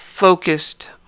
Focused